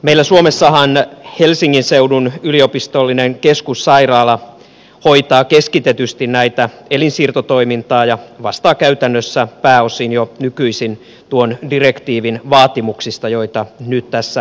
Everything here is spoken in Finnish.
meillä suomessahan helsingin seudun yliopistollinen keskussairaala hoitaa keskitetysti elinsiirtotoimintaa ja vastaa käytännössä pääosin jo nykyisin tuon direktiivin vaatimuksista joita nyt tässä lakiesityksessä käsitellään